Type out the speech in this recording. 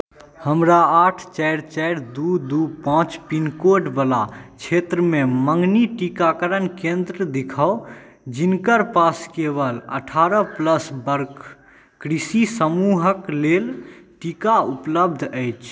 हमरा आठ चारि चारि दू दू पाँच पिनकोड बला क्षेत्रमे मँगनी टीकाकरण केंद्र दिखाउ जिनकर पास केवल अठारह प्लस बरख कृषि समूहक लेल टीका उपलब्ध अछि